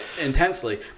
intensely